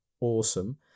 awesome